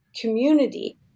community